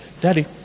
Daddy